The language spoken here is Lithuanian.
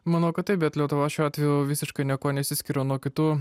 manau kad taip bet lietuva šiuo atveju visiškai niekuo nesiskiria nuo kitų